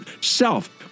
self